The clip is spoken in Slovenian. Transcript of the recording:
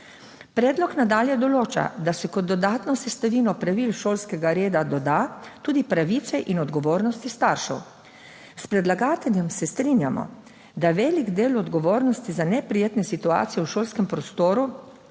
Predlog nadalje določa, da se kot dodatno sestavino pravil šolskega reda doda tudi pravice in odgovornosti staršev. S predlagateljem se strinjamo, da velik del odgovornosti za neprijetne situacije v šolskem prostoru